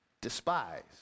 Despise